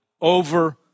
over